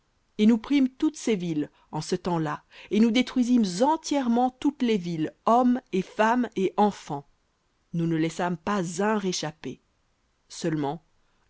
et nous prîmes toutes ses villes en ce temps-là et nous détruisîmes entièrement toutes les villes hommes et femmes et enfants nous ne laissâmes pas un réchappé seulement